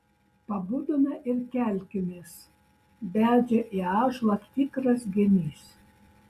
pabudome ir kelkimės beldžia į ąžuolą tikras genys